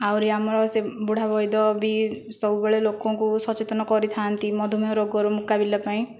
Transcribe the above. ଆହୁରି ଆମର ସେ ବୁଢ଼ା ବୈଦ୍ୟ ବି ସବୁବେଳେ ଲୋକଙ୍କୁ ସଚେତନ କରିଥାନ୍ତି ମଧୁମେହ ରୋଗର ମୁକାବିଲା ପାଇଁ